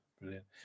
Brilliant